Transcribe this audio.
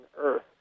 Earth